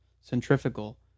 Centrifugal